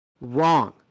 Wrong